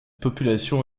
population